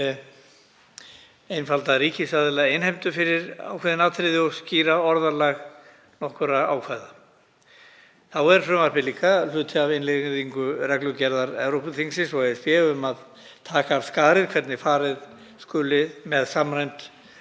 einfalda ríkisaðila innheimtu fyrir ákveðin atriði og skýra orðalag nokkurra ákvæða. Þá er frumvarpið hluti af innleiðingu reglugerðar Evrópuþingsins og ESB um að taka af skarið um hvernig farið skuli með samræmdum